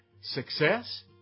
success